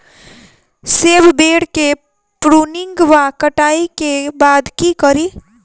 सेब बेर केँ प्रूनिंग वा कटाई केँ बाद की करि?